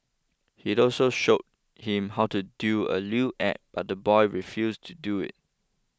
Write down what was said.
he also showed him how to do a lewd act but the boy refused to do it